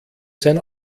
sein